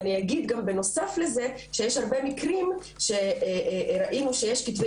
אני אגיד גם בנוסף לזה שיש הרבה מקרים שראינו שיש כתבי